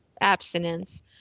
abstinence